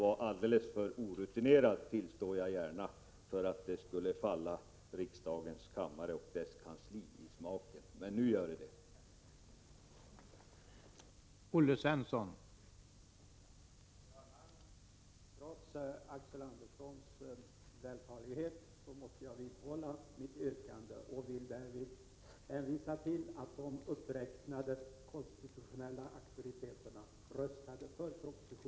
Jag tillstår gärna att jag var för orutinerad för att det skulle falla riksdagens kammare och dess kansli i smaken, men det gör det nu.